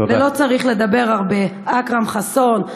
ולא צריך לדבר הרבה: אכרם חסון,